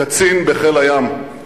קצין בחיל הים.